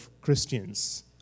Christians